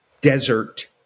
desert